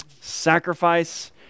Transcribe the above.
sacrifice